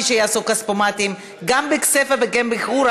שיעשו כספומטים גם בכסייפה וגם בחורה,